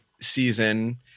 season